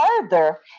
further